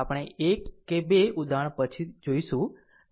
આપણે એક કે બે ઉદાહરણ પછી જોશું